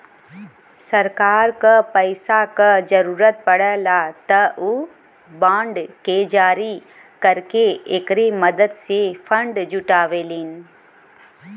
सरकार क पैसा क जरुरत पड़ला त उ बांड के जारी करके एकरे मदद से फण्ड जुटावलीन